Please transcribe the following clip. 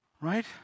Right